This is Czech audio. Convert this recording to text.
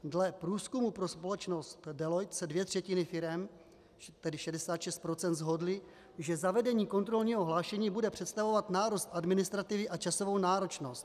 Dle průzkumu pro společnost Deloitte se dvě třetiny firem, tedy 66 %, shodly, že zavedení kontrolního hlášení bude představovat nárůst administrativy a časovou náročnost.